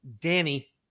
Danny